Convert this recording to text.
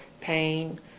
pain